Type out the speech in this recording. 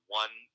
one